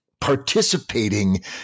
participating